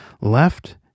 left